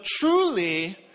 truly